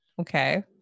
Okay